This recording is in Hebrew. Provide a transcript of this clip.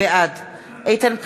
בעד איתן כבל,